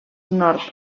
nord